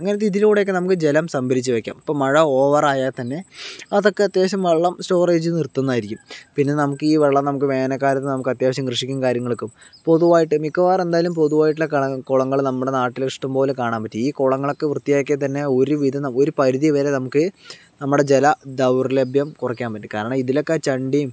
അങ്ങനത്തെ ഇതിലൂടെയൊക്കെ നമുക്ക് ജലം സംഭരിച്ച് വെക്കാം ഇപ്പം മഴ ഓവറായാൽ തന്നെ അതൊക്കെ അത്യാവശ്യം വെള്ളം സ്റ്റോറേജ് ചെയ്ത് നിർത്തുന്നതായിരിക്കും പിന്നെ നമുക്ക് ഈ വെള്ളം നമുക്ക് വേനൽക്കാലത്ത് നമുക്കത്യാവശ്യം കൃഷിക്കും കാര്യങ്ങൾക്കും പൊതുവായിട്ട് മിക്കവാറും എന്തായാലും പൊതുവായിട്ട് കള കുളങ്ങള് നമ്മുടെ നാട്ടില് ഇഷ്ട്ടം പോലെ കാണാൻ പറ്റും ഈ കുളങ്ങളൊക്കെ വൃത്തിയാക്കിയ തന്നെ ഒരു വിധം ഒരു പരിധിവരെ നമുക്ക് നമ്മുടെ ജല ദൗർലഭ്യം കുറയ്ക്കാൻ പറ്റും കാരണം ഇതിലൊക്കെ ചണ്ടീം